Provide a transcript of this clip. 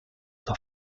the